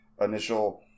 initial